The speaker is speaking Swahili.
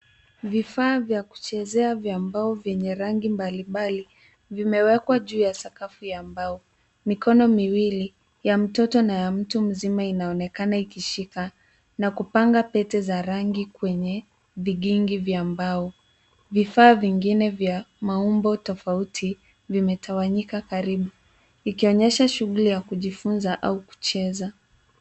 Vifaa vya kuchezea vya mbao vyenye rangi mbalimbali, vimewekwa juu ya sakafu ya mbao. Mikono miwili, ya mtoto na mtu mzima inaonekana ikishika na kupanga pete za rangi kwenye vigingi vya mbao. Vifaa vingine vya maumbo tofauti vimetawanyika karibu, vikionyesha shughuli ya kujifunza au kucheza.